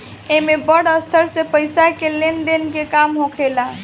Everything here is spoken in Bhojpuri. एमे बड़ स्तर पे पईसा के लेन देन के काम होखेला